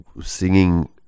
singing